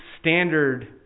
standard